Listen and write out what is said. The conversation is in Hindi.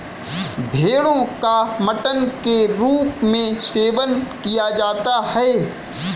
भेड़ो का मटन के रूप में सेवन किया जाता है